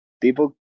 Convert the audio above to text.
people